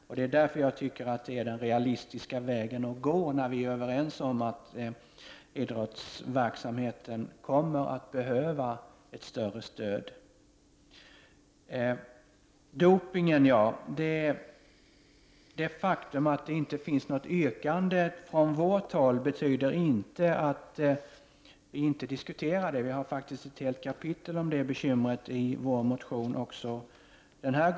Därför är detta den realistiska vägen att gå i det läget då vi är överens om att idrottsverksamheten kommer att behöva ett större stöd. Det faktum att inte vi har något yrkande om dopingen betyder inte att vi inte diskuterar frågan. Vi har faktiskt ett helt kapitel om detta bekymmer i vår motion denna gång också.